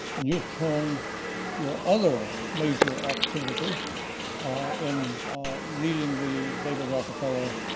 and you've turned your other major activity in leading the david rockefeller